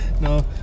no